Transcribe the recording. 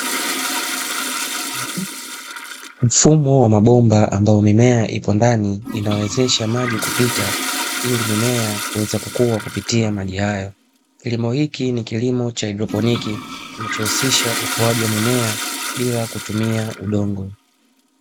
Mfumo wa mabomba, ambayo mimea ipo ndani, inawezesha maji kupita, ili mimea kuweza kukiwa kupitia maji hayo. Kilimo hiki ni kilimo cha haidroponi, kinachohusisha ukuaji wa mimea bila kutumia udongo.